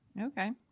okay